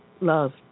love